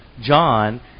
John